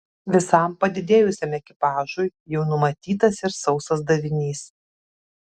visam padidėjusiam ekipažui jau numatytas ir sausas davinys